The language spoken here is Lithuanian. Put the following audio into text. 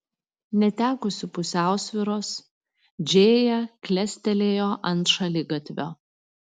netekusi pusiausvyros džėja klestelėjo ant šaligatvio